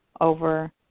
over